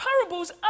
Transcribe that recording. parables